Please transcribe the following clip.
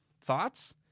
thoughts